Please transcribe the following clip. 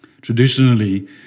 traditionally